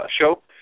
show